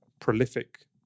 prolific